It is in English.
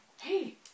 hey